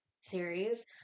series